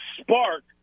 spark